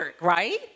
right